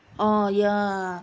oh ya